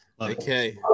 Okay